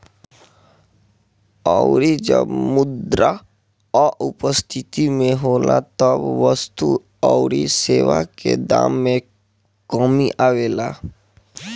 अउरी जब मुद्रा अपस्थिति में होला तब वस्तु अउरी सेवा के दाम में कमी आवेला